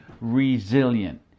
resilient